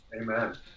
Amen